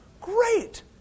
Great